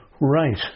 Right